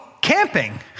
camping